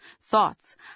thoughts